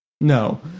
No